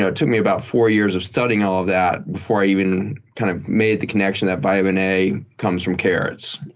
so took me about four years of studying all of that before i even kind of made the connection that vitamin a comes from carrots.